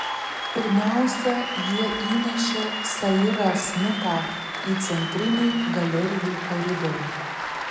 pirmiausia jie įnešė sairą smitą į centrinį galerijų koridorių